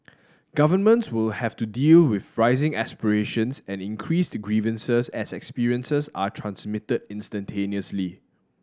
governments will have to deal with rising aspirations and increased grievances as experiences are transmitted instantaneously